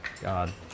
god